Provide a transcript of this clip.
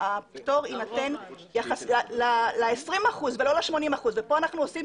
הפטור יינתן ל-20 אחוזים ולא ל-80 אחוזים וכאן אנחנו עושים